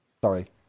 Sorry